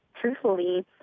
truthfully